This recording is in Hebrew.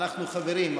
אנחנו חברים,